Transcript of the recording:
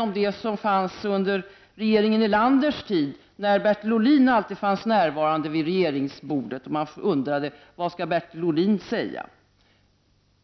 om hur under regeringen Erlanders tid Bertil Ohlin alltid fanns ”närvarande” vid regeringsbordet. Man undrade då vad Bertil Ohlin skulle säga.